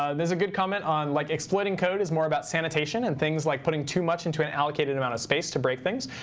um there's a good comment on like exploiting code is more about sanitation and things like putting too much into an allocated amount of space to break things.